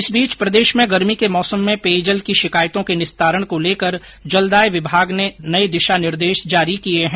इस बीच प्रदेश में गर्मी के मौसम में पेयजल की शिकायतों के निस्तारण को लेकर जलदाय विभाग ने नये दिशा निर्देश जारी किए है